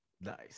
nice